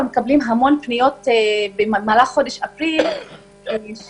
מקבלים המון פניות במהלך חודש אפריל של